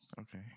Okay